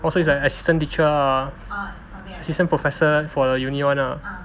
oh so is like assistant teacher ah assistant professor for the uni [one] lah